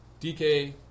DK